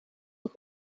het